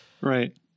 Right